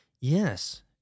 Yes